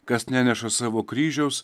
kas neneša savo kryžiaus